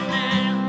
now